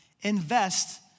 invest